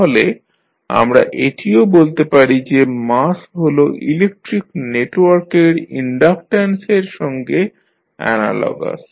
তাহলে আমরা এটিও বলতে পারি যে মাস হল ইলেকট্রিক নেটওয়ার্ক এর ইনডাকটান্স এর সঙ্গে অ্যানালগাস